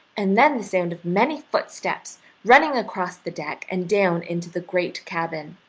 and then the sound of many footsteps running across the deck and down into the great cabin.